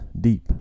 deep